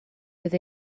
fydd